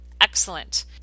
excellent